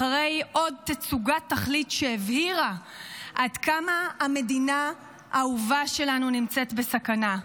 אחרי עוד תצוגת תכלית שהבהירה עד כמה המדינה האהובה שלנו נמצאת בסכנה.